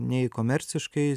nei komerciškai